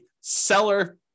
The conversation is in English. seller